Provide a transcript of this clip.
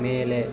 ಮೇಲೆ